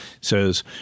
says